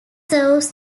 serves